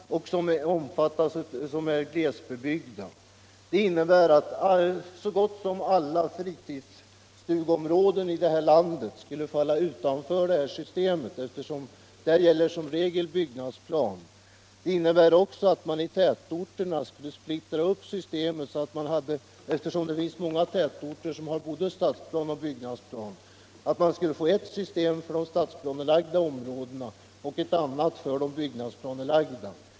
Det skulle innebära att så gott som alla fritidsstugeområden i detta land skulle falla utanför systemet, eftersom byggnadsplan som regel gäller där. Det skulle också innebära att man i tätorterna fick splittra upp systemet. Många tätorter har både stadsplan och byggnadspian och skulle få ewt system för de stadsplanelagda områdena och ett annat för de byggnadsplanelagda.